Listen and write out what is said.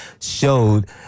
showed